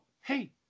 hey